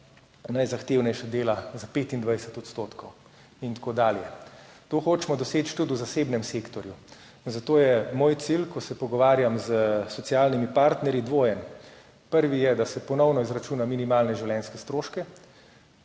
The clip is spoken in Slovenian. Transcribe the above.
najzahtevnejša dela, za 25 % in tako dalje. To hočemo doseči tudi v zasebnem sektorju. Zato je moj cilj, ko se pogovarjam s socialnimi partnerji, dvojen. Prvi je, da se ponovno izračuna minimalne življenjske stroške.